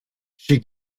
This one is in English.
she